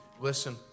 Listen